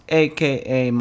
aka